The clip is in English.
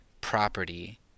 property